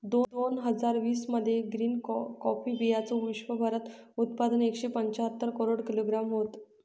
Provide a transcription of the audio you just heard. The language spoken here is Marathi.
दोन हजार वीस मध्ये ग्रीन कॉफी बीयांचं विश्वभरात उत्पादन एकशे पंच्याहत्तर करोड किलोग्रॅम होतं